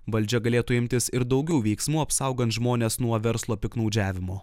valdžia galėtų imtis ir daugiau veiksmų apsaugant žmones nuo verslo piktnaudžiavimo